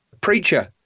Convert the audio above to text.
preacher